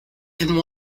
and